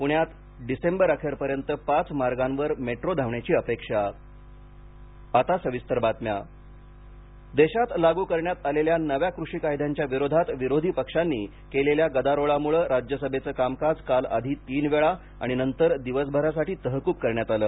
पूण्यात डिसेंबर अखेरपर्यंत पाच मार्गांवर मेट्रो धावण्याची अपेक्षा राज्यसभा देशात लागू करण्यात आलेल्या नव्या कृषी कायद्यांच्या विरोधात विरोधी पक्षांनी केलेल्या गदारोळामुळे राज्यसभेचं कामकाज काल आधी तीन वेळा आणि नंतर दिवसभरासाठी तहकूब करण्यात आलं